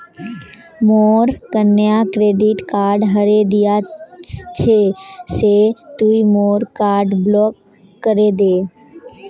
मोर कन्या credit card हरें दिया छे से तुई मोर कार्ड ब्लॉक करे दे